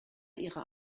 ihrer